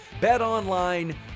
BetOnline